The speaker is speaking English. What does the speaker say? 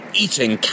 eating